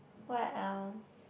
what else